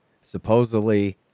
supposedly